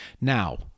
Now